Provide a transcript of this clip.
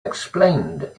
explained